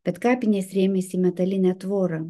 bet kapinės rėmėsi į metalinę tvorą